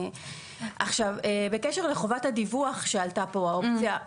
עכשיו, בקשר לחובת הדיווח שעלתה פה והאופציה.